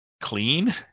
clean